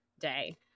day